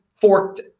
forked